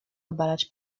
obalać